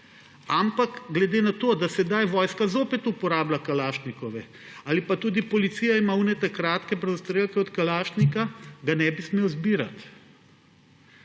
Ampak glede na to, da sedaj vojska zopet uporablja kalašnikove pa tudi policija ima tiste kratke brzostrelke od Kalašnika, ga ne bi smel zbirati.